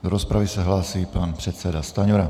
Do rozpravy se hlásí pan předseda Stanjura.